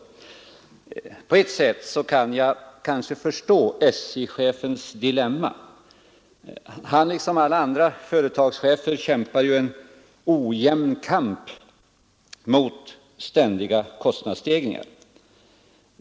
17 På ett sätt kan jag förstå SJ-chefens dilemma. Han liksom alla andra företagschefer för en ojämn kamp kamp mot ständiga kostnadsstegringar.